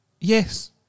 Yes